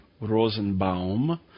Rosenbaum